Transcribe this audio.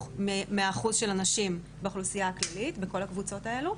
מהאחוז של הנשים באוכלוסייה הכללית בכל הקבוצות האלו,